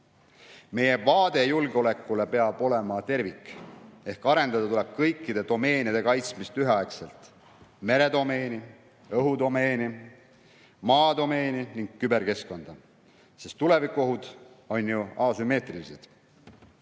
meie vaade julgeolekule peab olema terviklik. Ehk arendada tuleb kõikide domeenide kaitsmist üheaegselt: meredomeeni, õhudomeeni ja maadomeeni ning küberkeskkonda. Sest tulevikuohud on ju asümmeetrilised.